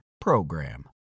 PROGRAM